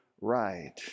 right